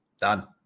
done